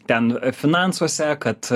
ten finansuose kad